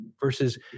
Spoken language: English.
versus